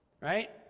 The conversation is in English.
right